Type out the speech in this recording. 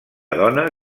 dona